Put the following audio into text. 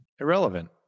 Irrelevant